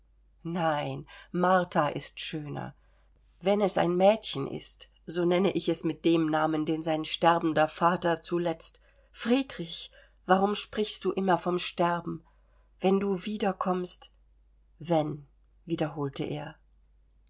nein martha ist schöner wenn es ein mädchen ist so nenne ich es mit dem namen den sein sterbender vater zuletzt friedrich warum sprichst du immer vom sterben wenn du wiederkommst wenn wiederholte er